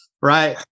right